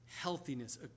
healthiness